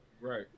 Right